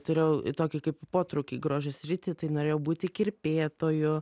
turėjau tokį kaip potraukį į grožio sritį tai norėjau būti kirpėtoju